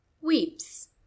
Weeps